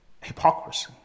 hypocrisy